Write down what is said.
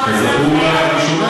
כזכור לך,